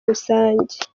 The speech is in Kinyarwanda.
rusange